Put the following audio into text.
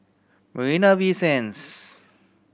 Marina Bay Sands